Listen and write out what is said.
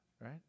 right